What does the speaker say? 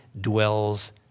dwells